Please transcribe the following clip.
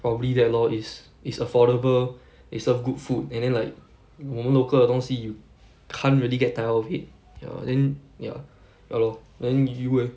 probably that lor is is affordable they serve good food and then like 我们 local 的东西 you can't really get tired of it ya then ya ya lor then you eh